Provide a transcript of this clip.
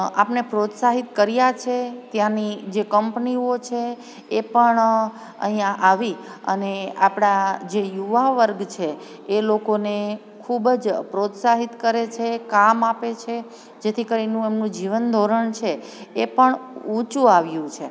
આપને પ્રોત્સાહિત કર્યા છે ત્યાંની જે કંપનીઓ છે એ પણ અહીંયા આવી અને આપણા જે યુવા વર્ગ છે એ લોકોને ખૂબજ પ્રોત્સાહિત કરે છે કામ આપે છે જેથી કરીને એમનું જીવનધોરણ છે એ પણ ઊંચું આવ્યું છે